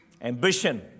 Ambition